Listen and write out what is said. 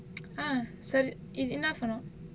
!huh! so enough or not